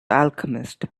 alchemist